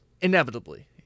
Inevitably